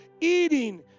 eating